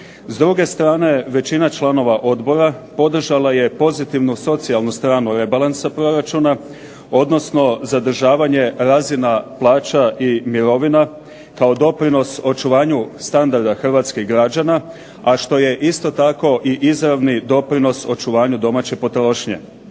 S druge strane, većina članova odbora podržala je pozitivnu socijalnu stranu rebalansa proračuna, odnosno zadržavanje razina plaća i mirovina kao doprinos očuvanju standarda hrvatskih građana, a što je isto tako i izravni doprinos očuvanju domaće potrošnje.